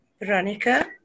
Veronica